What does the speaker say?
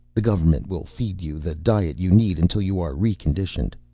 the government will feed you the diet you need until you are re-conditioned.